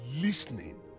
listening